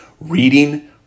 reading